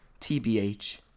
TBH